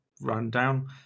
rundown